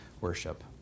worship